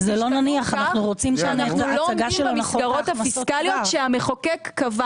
שאנחנו לא עומדים על המסגרות הפיסקליות שהמחוקק קבע.